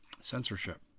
censorship